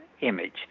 image